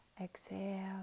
exhale